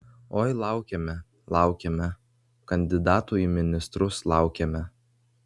oi laukėme laukėme kandidatų į ministrus laukėme